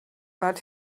but